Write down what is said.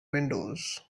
windows